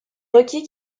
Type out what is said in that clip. requis